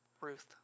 Ruth